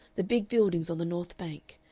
the big buildings on the north bank,